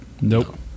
Nope